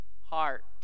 heart